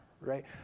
right